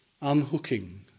unhooking